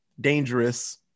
dangerous